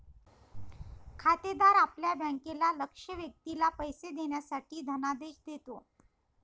खातेदार आपल्या बँकेला लक्ष्य व्यक्तीला पैसे देण्यासाठी धनादेश देतो